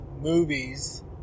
movies